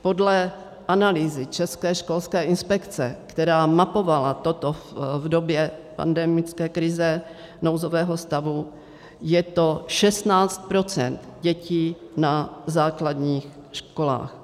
Podle analýzy České školské inspekce, která mapovala toto v době pandemické krize, nouzového stavu, je to 16 % dětí na základních školách.